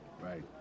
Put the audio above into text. right